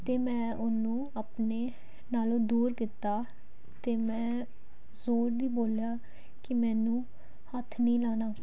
ਅਤੇ ਮੈਂ ਉਹਨੂੰ ਆਪਣੇ ਨਾਲੋਂ ਦੂਰ ਕੀਤਾ ਅਤੇ ਮੈਂ ਜੋਰ ਦੀ ਬੋਲਿਆ ਕਿ ਮੈਨੂੰ ਹੱਥ ਨਹੀਂ ਲਗਾਉਣਾ